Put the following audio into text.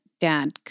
Dad